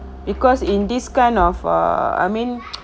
because in this kind of err I mean